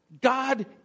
God